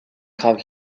have